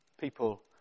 people